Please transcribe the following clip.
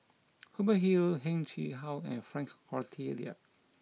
Hubert Hill Heng Chee How and Frank Cloutier